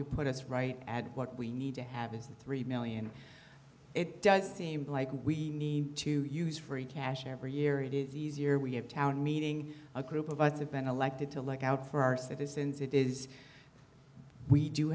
to put us right at what we need to have is the three million it does seem like we need to use free cash every year it is easier we have town meeting a group of us have been elected to look out for our citizens it is we do